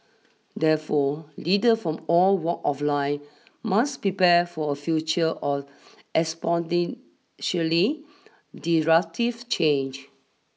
therefore leader from all walk of life must prepare for a future of disruptive change